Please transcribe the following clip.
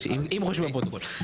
אם רושמים בפרוטוקול.